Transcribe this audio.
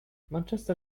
manchester